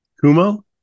kumo